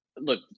Look